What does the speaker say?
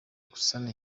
gusana